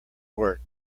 work